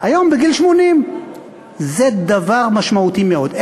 היום בגיל 80. זה דבר משמעותי מאוד.